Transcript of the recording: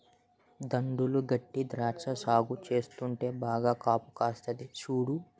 దడులు గట్టీ ద్రాక్ష సాగు చేస్తుంటే బాగా కాపుకాస్తంది సూడు